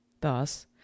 thus